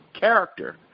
character